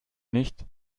nicht